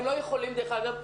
הם לא יכולים דרך אגב,